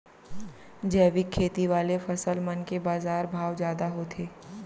जैविक खेती वाले फसल मन के बाजार भाव जादा होथे